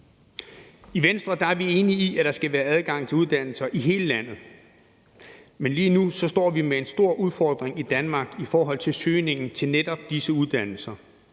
I Venstre er vi enige i, at der skal være adgang til uddannelser i hele landet. Men lige nu står vi med en stor udfordring i Danmark i forhold til søgningen til netop disse uddannelser,